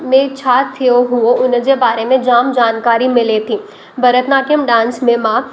में छा थियो हुओ उनजे बारे में जाम जानकारी मिले थी भरतनाट्यम डांस में मां